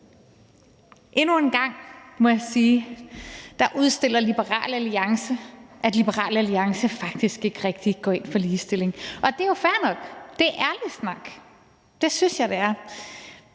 jeg sige – udstiller Liberal Alliance, at Liberal Alliance faktisk ikke rigtig går ind for ligestilling, og det er jo fair nok. Det er ærlig snak. Det synes jeg det er.